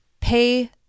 pay